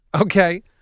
Okay